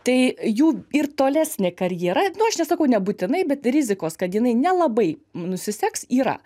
tai jų ir tolesnė karjera nu aš nesakau nebūtinai bet rizikos kad jinai nelabai nusiseks yra